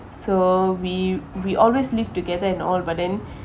so we we always live together and all but then